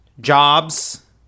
jobs